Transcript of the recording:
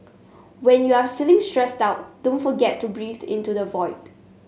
when you are feeling stressed out don't forget to breathe into the void